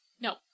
No